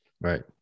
right